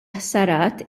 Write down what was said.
ħsarat